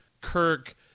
Kirk